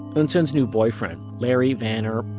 eunsoon's new boyfriend, larry vanner,